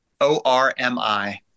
O-R-M-I